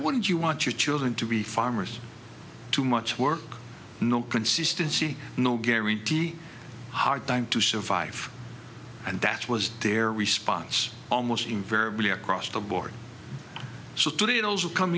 wouldn't you want your children to be farmers to much work no consistency no guarantee a hard time to survive and that was their response almost invariably across the board so to those who come